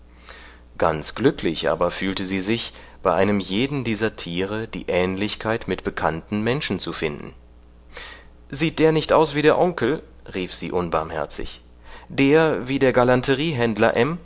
ganz glücklich aber fühlte sie sich bei einem jeden dieser tiere die ähnlichkeit mit bekannten menschen zu finden sieht der nicht aus wie der onkel rief sie unbarmherzig der wie der galanteriehändler